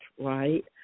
right